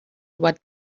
what